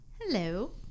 Hello